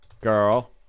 girl